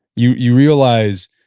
you you realize,